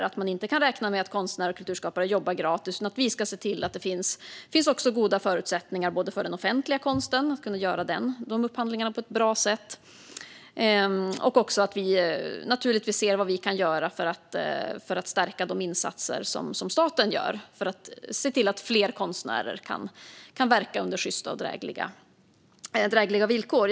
Man kan inte räkna med att konstnärer och kulturskapare jobbar gratis, utan vi ska se till att det finns goda förutsättningar. Det handlar om såväl den offentliga konsten och att kunna göra de upphandlingarna på ett bra sätt som att se vad vi kan göra för att stärka de insatser staten gör för att fler konstnärer ska kunna verka under sjysta och drägliga villkor.